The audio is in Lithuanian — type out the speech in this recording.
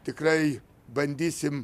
tikrai bandysim